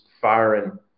firing